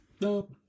Nope